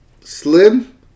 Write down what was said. Slim